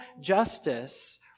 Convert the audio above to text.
justice